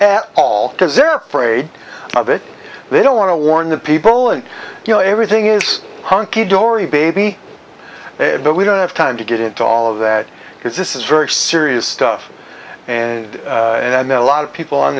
at all because they're afraid of it they don't want to warn the people and you know everything is hunky dory baby but we don't have time to get into all of that because this is very serious stuff and i met a lot of people on